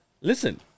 listen